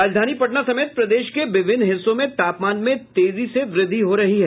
राजधानी पटना समेत प्रदेश के विभिन्न हिस्सों में तापमान में तेजी से वृद्धि हो रही है